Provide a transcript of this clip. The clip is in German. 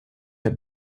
der